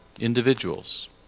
individuals